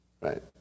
right